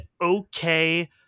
okay